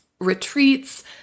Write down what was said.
Retreats